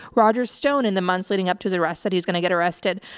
roger stone in the months leading up to his arrest that he's going to get arrested.